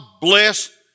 bless